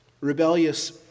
rebellious